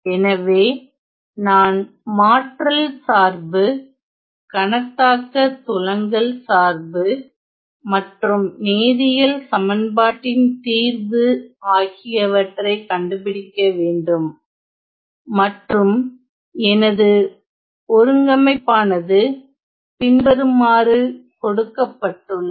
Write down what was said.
எனவே நான் மாற்றல் சார்பு கணத்தாக்கத் துலங்கல் சார்பு மற்றும் நேரியல் சமன்பாட்டின் தீர்வு ஆகியவற்றை கண்டுபிடிக்க வேண்டும் மற்றும் எனது ஒழுங்கமைப்பானது பின்வருமாறு கொடுக்கப்பட்டுள்ளது